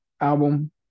album